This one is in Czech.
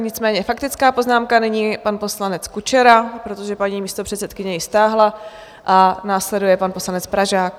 Nicméně faktická poznámka, nyní pan poslanec Kučera, protože paní místopředsedkyně ji stáhla, a následuje pan poslanec Pražák.